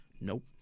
Nope